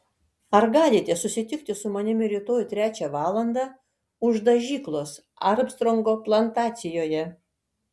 ar galite susitikti su manimi rytoj trečią valandą už dažyklos armstrongo plantacijoje